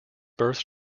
birth